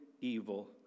evil